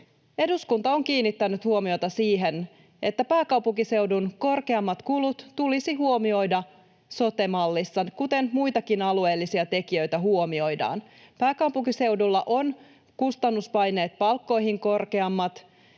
Eduskunta on kiinnittänyt huomiota siihen, että pääkaupunkiseudun korkeammat kulut tulisi huomioida sote-mallissa, kuten muitakin alueellisia tekijöitä huomioidaan. Pääkaupunkiseudulla kustannuspaineet palkkoihin ovat korkeammat